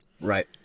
right